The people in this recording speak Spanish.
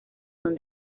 son